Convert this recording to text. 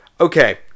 Okay